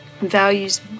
values